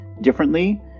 differently